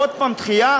עוד פעם דחייה?